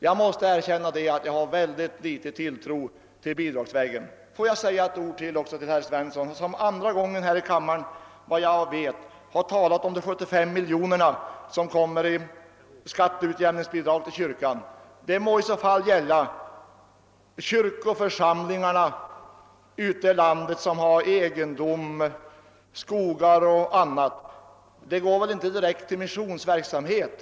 Jag har således mycket liten tilltro till bidragsvägen. Låt mig säga några ord till herr Svensson, som för andra gången här i kammaren — såvitt jag vet — har talat om de 75 miljoner kronor som kommer kyrkan till del i form av skatteutjämningsbidrag. Detta må i så fall gälla kyrkoförsamlingarna ute i landet, som har egendom, skogar och annat. Dessa pengar går väl inte direkt till missionsverksamhet!